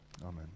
amen